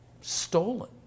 stolen